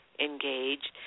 engaged